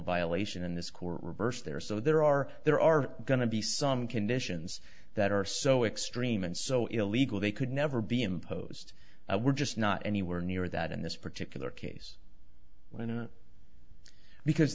violation in this court reversed their so there are there are going to be some conditions that are so extreme and so illegal they could never be imposed we're just not anywhere near that in this particular case when and because